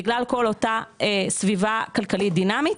בגלל כל אותה סביבה כלכלית דינמית.